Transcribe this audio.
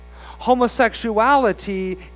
Homosexuality